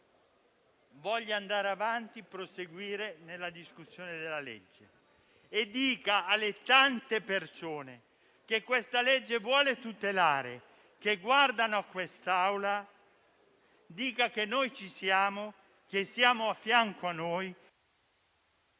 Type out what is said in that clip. del Senato voglia proseguire nella discussione della legge e dica alle tante persone che questa legge vuole tutelare e che guardano a quest'Assemblea che noi ci siamo, che siamo al loro fianco.